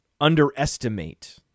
underestimate